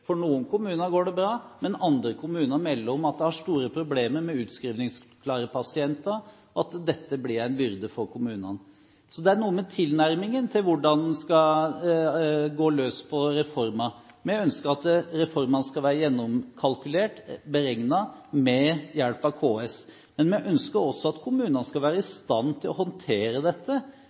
For noen kommuner går det bra, men andre kommuner melder at de har store problemer med utskrivingsklare pasienter, og at dette blir en byrde for kommunene. Det er noe med tilnærmingen til hvordan man skal gå løs på reformer. Vi ønsker at reformene skal være gjennomkalkulert, beregnet, med hjelp av KS. Men vi ønsker også at kommunene skal være i stand til å håndtere dette.